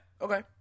okay